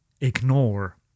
ignore